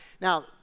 Now